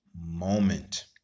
moment